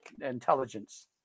intelligence